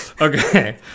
Okay